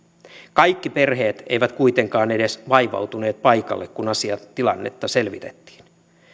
kaikki perheet eivät kuitenkaan edes vaivautuneet paikalle kun tilannetta selvitettiin